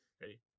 Ready